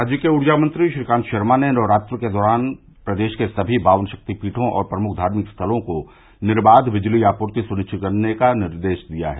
राज्य के उर्जा मंत्री श्रीकांत शर्मा ने नवरात्रि के दौरान प्रदेश के सभी बावन शक्ति पीठों और प्रमुख धार्मिक स्थलों को निर्वाघ बिजली आपूर्ति सनिश्चित करने का निर्देश दिया है